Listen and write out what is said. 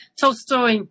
Tolstoy